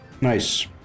Nice